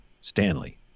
Stanley